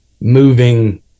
moving